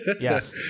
Yes